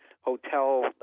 hotel